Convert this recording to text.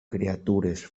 criatures